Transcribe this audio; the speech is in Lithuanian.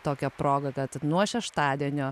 tokia proga kad nuo šeštadienio